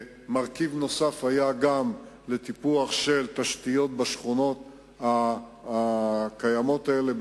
מרכיב נוסף היה גם לטיפוח של תשתיות בשכונות הקיימות האלה.